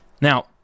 Now